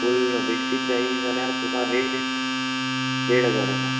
फूल बेश्टीत जाय जाल्यार तुका रेट देड हजार आसा